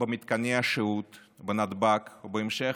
במתקני השהות בנתב"ג, ובהמשך,